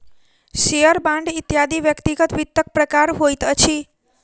share, bond इत्यादि व्यक्तिगत वित्तक प्रकार होइत अछि